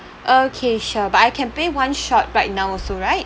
okay sure but I can pay one shot right now also right